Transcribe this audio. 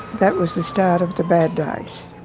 that was the start of the bad days.